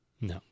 No